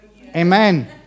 Amen